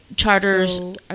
Charters